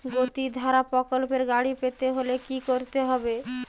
গতিধারা প্রকল্পে গাড়ি পেতে হলে কি করতে হবে?